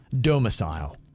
domicile